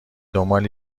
دنبال